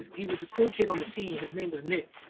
he was a cool kid on the team. his name was nick.